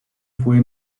fue